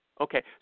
Okay